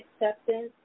acceptance